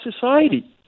society